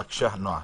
בבקשה, נועה.